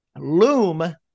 Loom